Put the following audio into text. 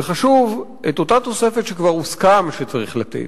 וחשוב, את אותה תוספת שכבר הוסכם שצריך לתת,